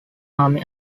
army